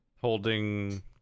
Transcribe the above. holding